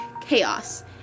chaos